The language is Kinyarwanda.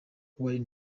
warren